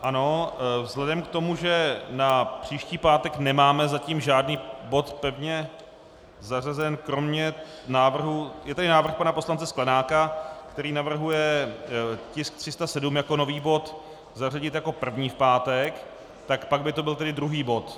Ano, vzhledem k tomu, že na příští pátek nemáme zatím žádný bod pevně zařazen, kromě návrhu, je tady návrh pana poslance Sklenáka, který navrhuje tisk 307 jako nový bod zařadit jako první v pátek, tak by to byl tedy druhý bod.